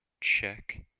check